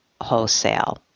wholesale